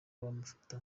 bamufata